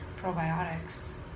probiotics